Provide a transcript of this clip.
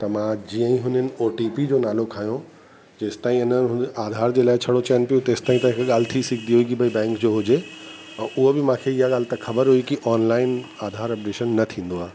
त मां जीअं ई हुननि ओटीपी जो नालो खयों जेसि ताईं हुन आधार जे लाइ छड़ो चैन पियूं तेसि ताईं त ॻाल्हि थी सघंदी आहे की भई बैंक जो हुजे औरि उहा बि मूंखे इहा ॻाल्हि त ख़बर हुई की ऑनलाइन आधार अपडेशन न थींदो आहे